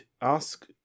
ask